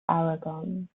aragon